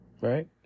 Right